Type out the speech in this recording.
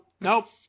Nope